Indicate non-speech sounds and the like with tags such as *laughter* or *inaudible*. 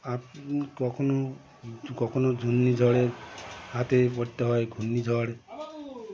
*unintelligible* কখনও কখনও ঘূর্ণি ঝড়ের হাতে পড়তে হয় ঘূর্ণি ঝড় *unintelligible*